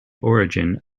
origin